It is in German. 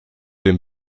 den